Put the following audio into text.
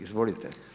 Izvolite.